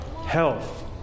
Health